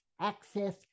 access